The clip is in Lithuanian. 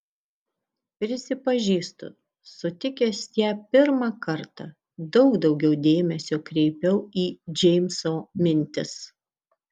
prisipažįstu sutikęs ją pirmą kartą daug daugiau dėmesio kreipiau į džeimso mintis